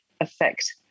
affect